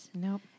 Nope